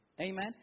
Amen